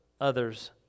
others